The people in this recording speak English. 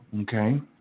Okay